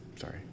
sorry